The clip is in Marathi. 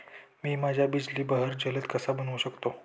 मी माझ्या बिजली बहर जलद कसा बनवू शकतो?